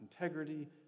integrity